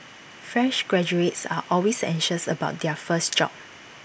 fresh graduates are always anxious about their first job